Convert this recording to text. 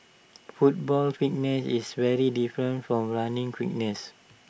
football fitness is very different from running fitness